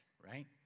right